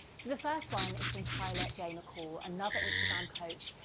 so the first one is from tyler j. mccall, another instagram coach.